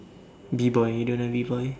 B-boy you don't know B-boy